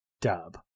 dub